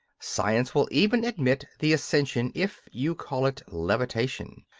science will even admit the ascension if you call it levitation,